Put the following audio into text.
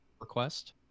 request